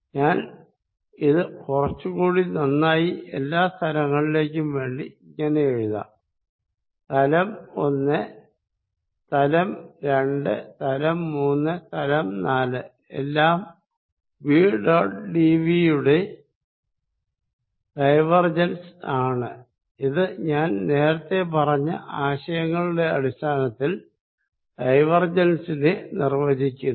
ഞാൻ ഇത് കുറച്ച് കൂടി നന്നായി എല്ലാ സ്ഥലങ്ങളിലേക്കും വേണ്ടി ഇങ്ങനെ എഴുതാം പ്ലെയ്ൻ 1 പ്ലെയ്ൻ 2 പ്ലെയ്ൻ 3 പ്ലെയ്ൻ 4 എല്ലാം V ഡോട്ട് dV യുടെ ഡൈവർജൻസ് ആണ് ഇത് ഞാൻ നേരത്തെ പറഞ്ഞ ആശയങ്ങളുടെ അടിസ്ഥാനത്തിൽ ഡൈവർജൻസിനെ നിർവചിക്കുന്നു